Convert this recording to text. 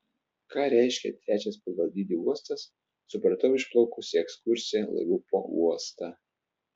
ką reiškia trečias pagal dydį uostas supratau išplaukus į ekskursiją laivu po uostą